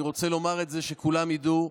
אני רוצה לומר את זה כדי שכולם ידעו: